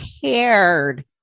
cared